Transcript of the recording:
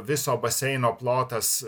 viso baseino plotas